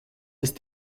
ist